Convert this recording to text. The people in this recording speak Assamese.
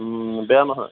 বেয়া নহয়